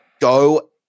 go